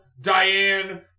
Diane